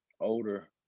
older